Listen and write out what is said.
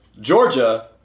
Georgia